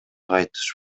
кайтыш